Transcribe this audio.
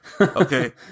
Okay